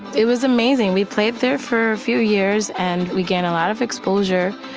it was amazing. we played there for a few years. and we gained a lot of exposure.